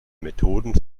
methoden